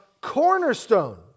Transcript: cornerstone